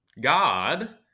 God